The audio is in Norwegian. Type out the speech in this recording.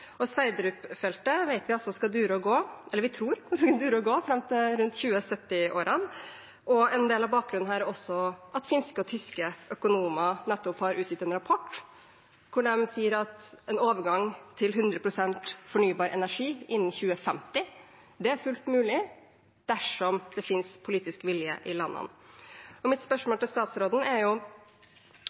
skal dure og gå – eller vi tror det skal dure og gå – fram til 2070-årene. En del av bakgrunnen her er også at finske og tyske økonomer nettopp har utgitt en rapport hvor de sier at en overgang til 100 pst. fornybar energi innen 2050 er fullt mulig dersom det finnes politisk vilje i landene. Mitt spørsmål til statsråden er